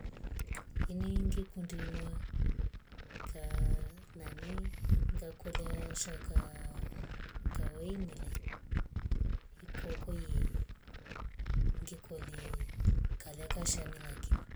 Ini ngikundi inwa kaa nani ngakola shaka kawainile ikokouye ngikolye kalasha melaki